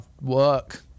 work